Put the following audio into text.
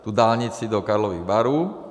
Tu dálnici do Karlových Varů.